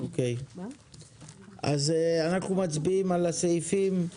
אנחנו מצביעים על הסעיפים,